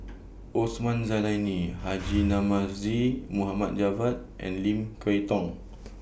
Osman Zailani Haji Namazie Mohd Javad and Lim Kay Tong